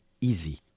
easy